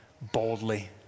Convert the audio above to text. boldly